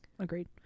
Agreed